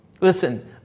listen